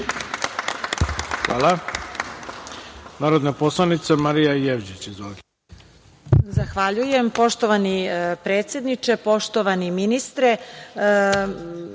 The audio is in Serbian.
Hvala. Narodna poslanica Marija Jevđić. Izvolite.